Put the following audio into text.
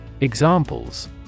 Examples